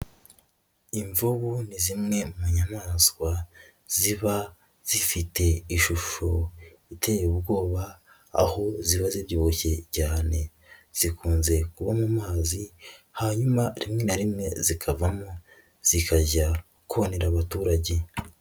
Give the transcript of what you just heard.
Imvubu ni zimwe mu nyamaswa ziba zifite ishusho iteye ubwoba ,aho ziba zibyishye cyane. Zikunze kuba mu mazi hanyuma rimwe na rimwe zikavamo zikajya konera abaturage.